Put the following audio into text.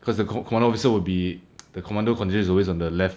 cause the cor~ corner officer will be the commander contigent is always on the left